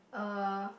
uh